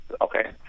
Okay